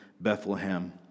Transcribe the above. Bethlehem